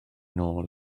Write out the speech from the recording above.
nôl